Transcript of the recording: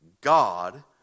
God